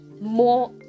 more